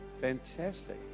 Fantastic